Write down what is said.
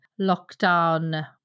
lockdown